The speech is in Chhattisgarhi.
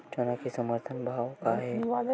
चना के समर्थन भाव का हे?